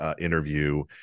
interview